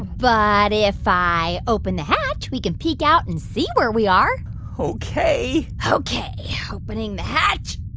but if i open the hatch, we can peek out and see where we are ok ok. opening the hatch